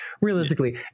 realistically